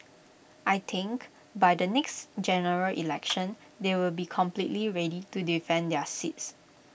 I think by the next General Election they will be completely ready to defend their seats